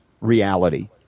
reality